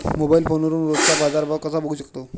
Mobile फोनवरून रोजचा बाजारभाव कसा बघू शकतो?